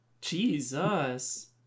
jesus